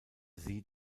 sie